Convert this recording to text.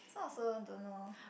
so I also don't know